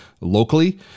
locally